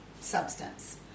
substance